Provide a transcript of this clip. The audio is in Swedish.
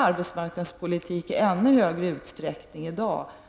Arbetsmarknadspolitik är i dag i stor utsträckning